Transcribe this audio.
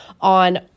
on